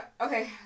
Okay